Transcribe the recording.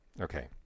okay